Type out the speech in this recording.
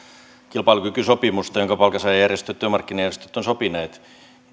kilpailukykysopimusta jonka työmarkkinajärjestöt ovat sopineet ehkä